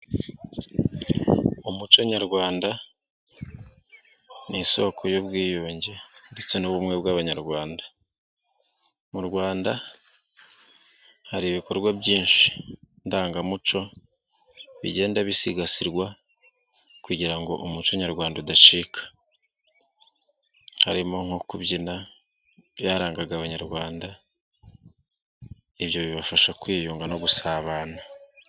Umuco nyarwanda ni isoko y'ubwiyunge ndetse n'ubumwe bw'abanyarwanda. Mu Rwanda hari ibikorwa byinshi ndangamuco bigenda bisigasirwa kugira ngo umuco nyarwanda udacika. Harimo nko kubyina byarangaga abanyarwanda, ibyo bibafasha kwiyunga no gusabana.